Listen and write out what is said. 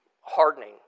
hardening